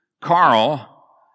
Carl